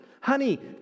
honey